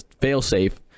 fail-safe